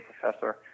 Professor